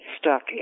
stuck